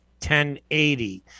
1080